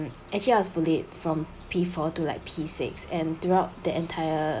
actually I was bullied from P four to like P six and throughout the entire